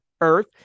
earth